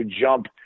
jump